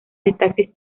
sintaxis